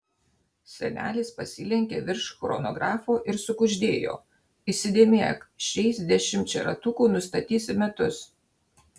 senelis pasilenkė virš chronografo ir sukuždėjo įsidėmėk šiais dešimčia ratukų nustatysi metus